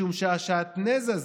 משום שהשעטנז הזה,